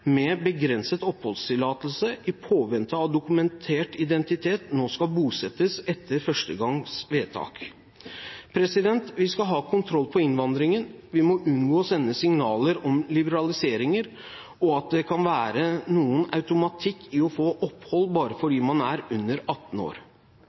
med begrenset oppholdstillatelse i påvente av dokumentert identitet nå kan bosettes etter førstegangs vedtak. Vi skal ha kontroll på innvandringen. Vi må unngå å sende signaler om liberaliseringer og at det kan være en automatikk i å få opphold bare